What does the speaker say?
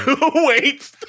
Wait